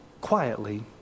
quietly